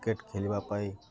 cricket ଖେଳିବା ପାଇଁ